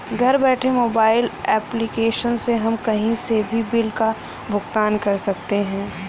घर बैठे mobile application से हम कही से भी बिल का भुगतान कर सकते है